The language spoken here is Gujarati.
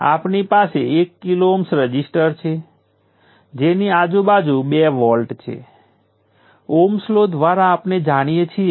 તેથી p2 જે p × 5 જે 15 મિલી વોટ્સ છે આ ફરીથી ત્રણ વોલ્ટ સોર્સમાં શોષાયેલ પાવર છે